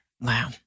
Wow